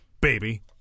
Baby